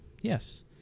Yes